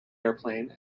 airplane